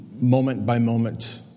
moment-by-moment